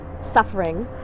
suffering